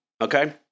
Okay